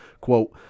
Quote